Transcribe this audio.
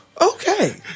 Okay